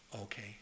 Okay